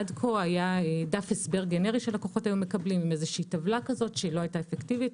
עד כה היה דף הסבר גנרי שלקוחות היו מקבלים עם טבלה שלא היתה אפקטיבית.